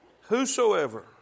Whosoever